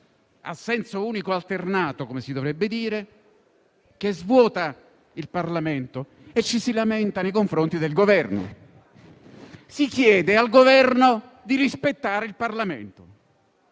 a senso unico alternato, come si dovrebbe dire, che svuota il Parlamento e ci si lamenta nei confronti del Governo. Si chiede al Governo di rispettare il Parlamento.